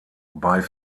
bei